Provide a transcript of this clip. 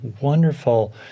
wonderful